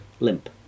Limp